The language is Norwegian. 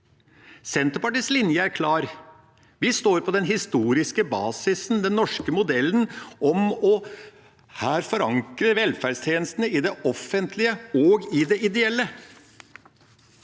Senterpartiets linje er klar. Vi står på den historiske basisen, den norske modellen, om å forankre velferdstjenestene i det offent lige og i det ideelle.